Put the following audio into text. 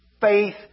faith